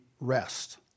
rest